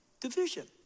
Division